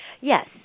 Yes